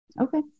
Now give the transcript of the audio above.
Okay